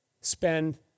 spend